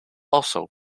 also